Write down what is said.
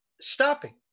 stopping